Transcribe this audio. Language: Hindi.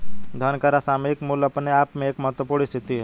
धन का सामयिक मूल्य अपने आप में एक महत्वपूर्ण स्थिति है